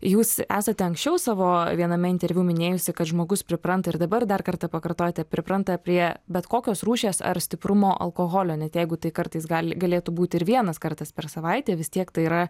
jūs esate anksčiau savo viename interviu minėjusi kad žmogus pripranta ir dabar dar kartą pakartojote pripranta prie bet kokios rūšies ar stiprumo alkoholio net jeigu tai kartais gali galėtų būti ir vienas kartas per savaitę vis tiek tai yra